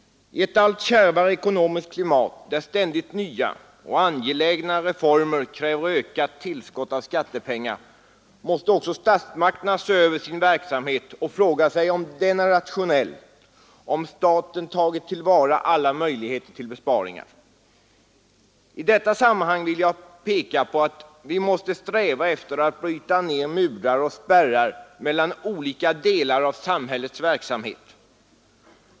I ett allt kärvare ekonomiskt klimat, där ständigt nya och angelägna reformer kräver ökat tillskott av skattepengar, måste också statsmakterna se över sin verksamhet och fråga sig om den är rationell, om staten tagit till vara alla möjligheter till besparingar. I detta sammanhang vill jag peka på att vi måste sträva efter att bryta ned murar och spärrar mellan olika delar av samhällets verksamhet.